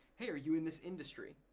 hey are you in this industry.